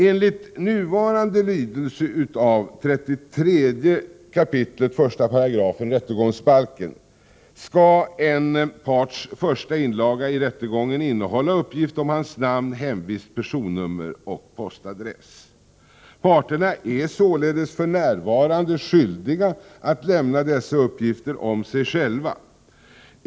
Enligt nuvarande lydelse av 33 kap. 1§ rättegångsbalken skall en parts första inlaga i rättegången innehålla uppgift om hans namn, hemvist, personnummer och postadress. Parterna är således för närvarande skyldiga att lämna dessa uppgifter om sig själva.